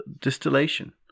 distillation